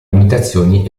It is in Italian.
limitazioni